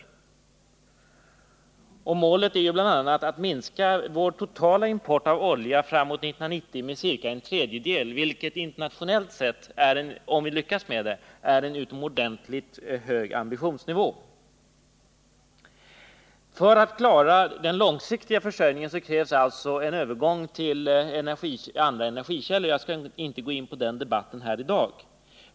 217 att trygga tillgången på olja Målet är bl.a. att minska vår totala import av olja framåt 1990 med ca en tredjedel, vilket internationellt sett är en utomordentligt hög ambitionsnivå. För att klara den långsiktiga försörjningen krävs en övergång till andra energikällor. Men jag skall inte gå in i den debatten här i dag.